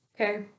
Okay